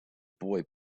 boy